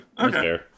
Okay